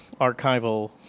archival